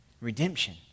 redemption